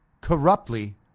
corruptly